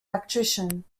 electrician